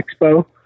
expo